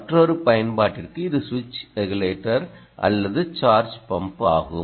மற்றொரு பயன்பாட்டிற்கு இது சுவிட்ச் ரெகுலேட்டர் அல்லது சார்ஜ் பம்ப் ஆகும்